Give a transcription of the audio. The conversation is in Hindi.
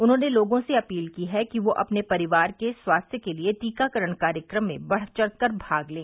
उन्होंने लोगों से अपील की है कि वे अपने परिवार के स्वास्थ्य के लिये टीकाकरण कार्यक्रम में बढ़ चढ़कर भाग लें